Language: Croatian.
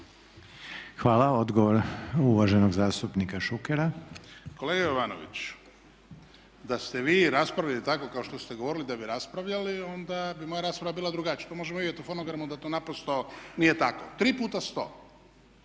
Hvala. Odgovor uvaženog zastupnika Šukera. **Šuker, Ivan (HDZ)** Kolega Jovanović, da ste vi raspravljali tako kao što ste govorili da bi raspravljali onda bi moja rasprava bila drugačija. To možemo vidjeti u fonogramu da to naprosto nije tako. Tri puta sto.